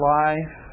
life